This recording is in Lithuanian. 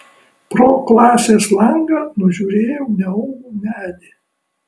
pro klasės langą nužiūrėjau neaugų medį